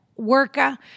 worker